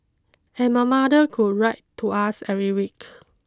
and my mother could write to us every week